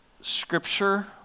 Scripture